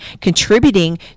contributing